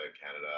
Canada